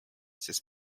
sest